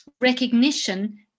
recognition